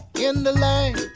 in the lane,